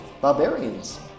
Barbarians